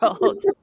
world